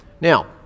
Now